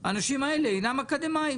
אוקיי,